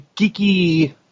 geeky